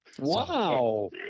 Wow